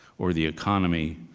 or the economy,